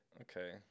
Okay